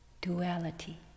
duality